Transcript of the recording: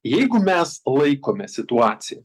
jeigu mes palaikome situaciją